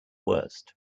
worst